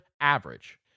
average